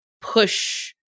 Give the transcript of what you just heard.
push